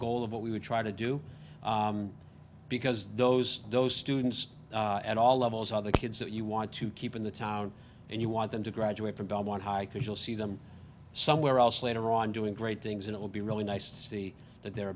goal of what we would try to do because those those students at all levels are the kids that you want to keep in the town and you want them to graduate from belmont hikers you'll see them somewhere else later on doing great things and it will be really nice to see that there are